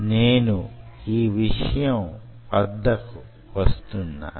నేను ఈ విషయం వద్దకు వస్తున్నాను